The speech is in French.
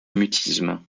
mutisme